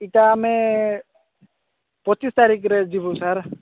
ଏଇଟା ଆମେ ପଚିଶ ତାରିଖରେ ଯିବୁ ସାର୍